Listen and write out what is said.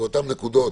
ואותן נקודות